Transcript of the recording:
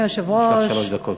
יש לך שלוש דקות.